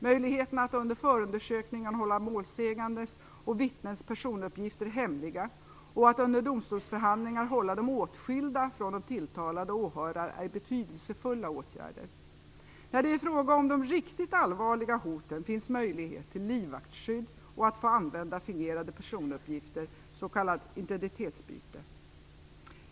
Möjligheter att under förundersökningarna hålla målsägandes och vittnens personuppgifter hemliga och att under domstolsförhandlingen hålla dem åtskilda från de tilltalade och åhörare är betydelsefulla åtgärder. När det är fråga om de riktigt allvarliga hoten finns möjlighet till livvaktsskydd och till att få använda fingerade personuppgifter, s.k. identitetsbyte.